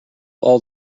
all